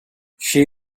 she